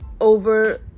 over